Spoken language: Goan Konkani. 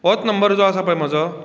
होच नंबर जो आसा पळय म्हजो